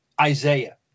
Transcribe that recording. Isaiah